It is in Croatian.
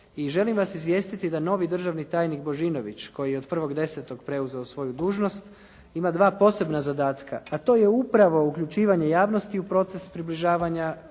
i želim vas izvijestiti da novi državni tajnik Božinović koji je od 1.10. preuzeo svoju dužnost, ima dva posebna zadatka, a to je upravo uključivanje javnosti u proces približavanja